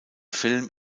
film